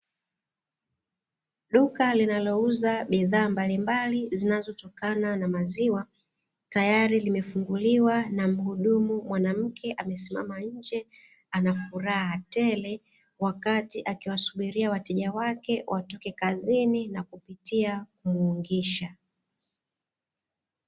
Duka linalouza bidhaa mbalimbali zinazotokana na maziwa tayari limefunguliwa, na muhudumu mwanamke amasimama nje, anafuraha tele, wakati akiwasubiria wateja wake watoke kazini na kupitia kumuungisha.